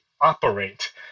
operate